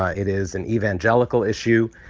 ah it is an evangelical issue.